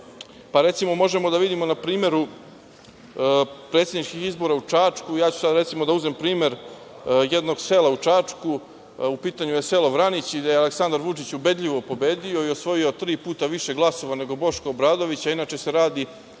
pa možemo da vidimo na primeru predsedničkih izbora u Čačku. Ja ću sada, recimo, da uzmem primer jednog sela u Čačku. U pitanju je selo Vranić. Aleksandar Vučić je ubedljivo pobedio i osvojio tri puta više glasova nego Boško Obradović, a inače se radi